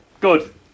Good